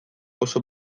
oso